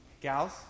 Gals